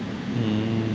mm